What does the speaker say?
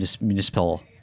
municipal